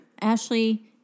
Ashley